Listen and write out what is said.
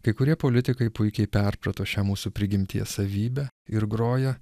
kai kurie politikai puikiai perprato šią mūsų prigimties savybę ir groja